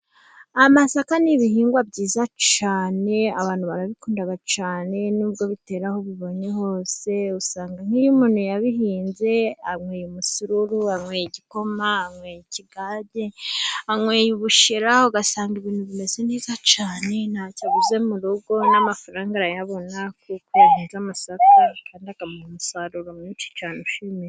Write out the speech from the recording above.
Amasaka ni ibihingwa byiza cyane abantu barabikunda cyane nubwo bitera aho bibonye hose usanga nk'iyo umuntu yabihinze anyweye umusururu, anyweye igikoma, anyweye ikigage, anyweye, ubushera ugasanga ibintu bimeze neza cyane ntacyo abuze mu rugo n'amafaranga arayabona kuko yahinze amasaka kandi akamuha umusaruro mwinshi cyane ushimisha.